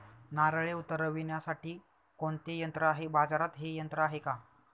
नारळे उतरविण्यासाठी कोणते यंत्र आहे? बाजारात हे यंत्र आहे का?